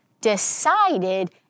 decided